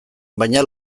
baina